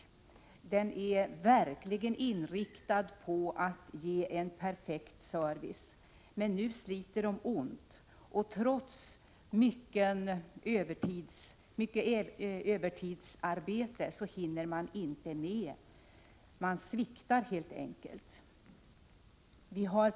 Den är verkligen inriktad på att ge en perfekt service, men nu sliter den ont. Trots mycket övertidsarbete hinner personalen inte med. Den sviktar helt enkelt.